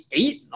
eight